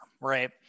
right